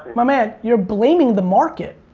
my man, you're blaming the market.